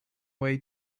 way